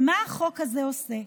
מה החוק הזה עושה?